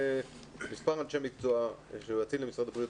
יש מספר אנשי מקצוע שמייעצים למשרד הבריאות,